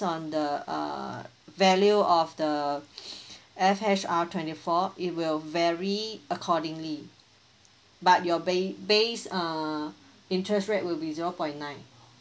on the err value of the F_H_R twenty four it will vary accordingly but your base base err interest rate will be zero point nine